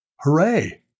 hooray